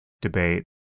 debate